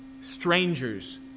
strangers